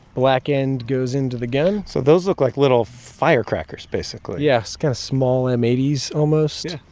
black end goes into the gun so those look like little firecrackers, basically yes, kind of small m eighty s almost